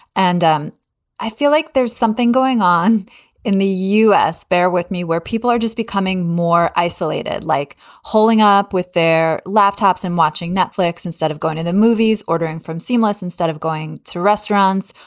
and um i feel like there's something going on in the u s. bear with me. where people are just becoming more isolated, like holding up with their laptops and watching netflix instead of going to the movies, ordering from seemless instead of going to restaurants,